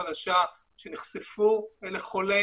שחשוב לו לומר משהו היא דוקטור שרון יגור קרול,